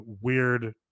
weird